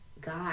God